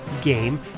game